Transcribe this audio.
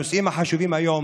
הנושאים החשובים היום